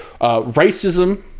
Racism